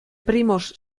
primos